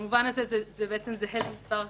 במובן הזה זה זהה למספר קנסות.